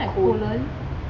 think like poland